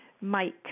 Mike